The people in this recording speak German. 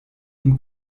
ihm